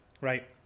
right